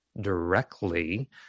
directly